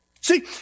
See